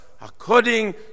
according